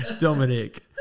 Dominic